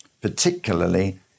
particularly